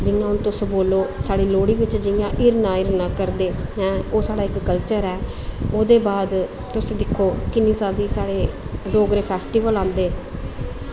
जि'यां हून तुस बोलो साढ़ी लोह्ड़ी बिच्च जि'यां हिरन हिरना करदे हैं ओह् इक साढ़ा कल्चर ऐ ओह्दै बाद तुस दिक्खो किन्नी सारी साढ़े डोगरे फैस्टिवल आंदे